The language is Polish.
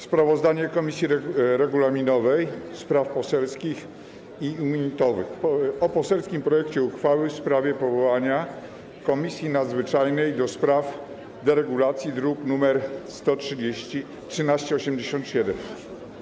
Sprawozdanie Komisji Regulaminowej, Spraw Poselskich i Immunitetowych o poselskim projekcie uchwały w sprawie powołania Komisji Nadzwyczajnej do spraw deregulacji, druk nr 1387.